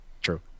true